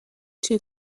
two